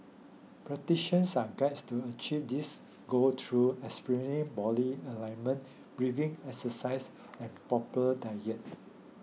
practitions are guided to achieve this goal through experiencing body alignment breathing exercise and proper diet